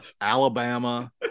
alabama